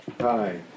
hi